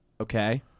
Okay